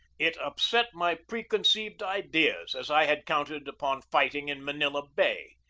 it upset my preconceived ideas, as i had counted upon fight ing in manila bay.